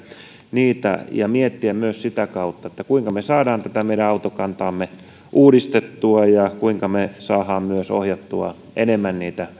niitä ja miettiä myös sitä kautta kuinka me saamme tätä meidän autokantaamme uudistettua ja kuinka me saamme myös ohjattua enemmän niitä